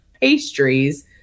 pastries